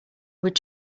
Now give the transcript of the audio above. would